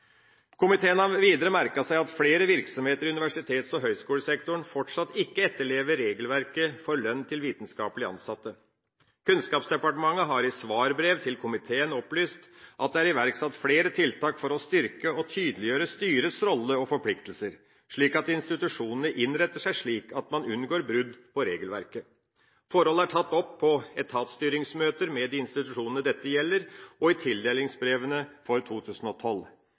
Komiteen har videre merket seg at flere virksomheter i universitets- og høgskolesektoren fortsatt ikke etterlever regelverket for lønn til vitenskapelig ansatte. Kunnskapsdepartementet har i svarbrevet til komiteen opplyst at det er iverksatt flere tiltak for å styrke og tydeliggjøre styrets rolle og forpliktelser, slik at institusjonene innretter seg slik at man unngår brudd på regelverket. Forholdene er tatt opp på etatsstyringsmøter med de institusjonene dette gjelder, og i tildelingsbrevene for 2012.